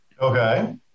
Okay